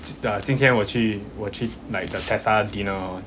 今天我去我去 like the tessa dinner